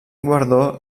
guardó